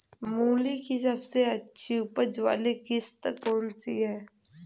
मूली की सबसे अच्छी उपज वाली किश्त कौन सी है?